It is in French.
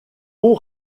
bon